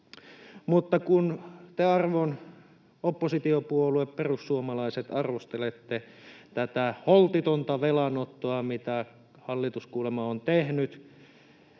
Kuitenkin te, arvon oppositiopuolue perussuomalaiset, arvostelette tätä holtitonta velanottoa, mitä hallitus kuulemma on tehnyt,